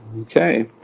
Okay